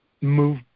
move